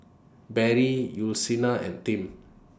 Barry Yussila and Tim